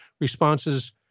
responses